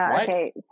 Okay